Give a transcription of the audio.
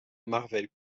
marvel